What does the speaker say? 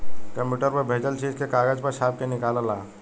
computer पर भेजल चीज के कागज पर छाप के निकाल ल